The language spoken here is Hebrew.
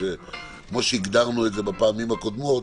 כמו שהגדרנו בפעמים הקודמות,